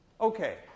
Okay